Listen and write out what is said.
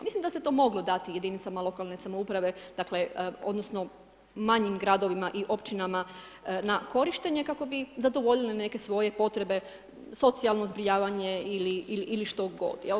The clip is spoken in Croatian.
Mislim da se to moglo dati jedinicama lokalne samouprave, dakle, odnosno manjim gradovima i općinama na korištenje kako bi zadovoljile neke svoje potrebe socijalno zbrinjavanje ili što god.